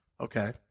Okay